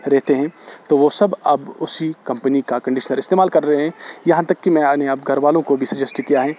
رہتے ہیں تو وہ سب اب اسی کمپنی کا کنڈشنر استعمال کر رہے ہیں یہاں تک کہ میں یعنی اب گھر والوں کو بھی سجیسڈ کیا ہے